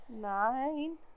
Nine